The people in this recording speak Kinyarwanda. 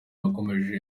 yakomeje